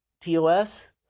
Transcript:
TOS